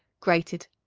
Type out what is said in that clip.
grated.